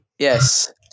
Yes